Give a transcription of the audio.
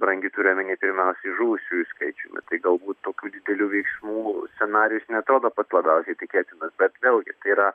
brangi turiu omeny pirmiausiai žuvusiųjų skaičiumi tai galbūt tokių didelių veiksmų scenarijus neatrodo pats labiausiai tikėtinas bet vėlgi tai yra